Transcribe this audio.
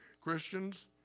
Christians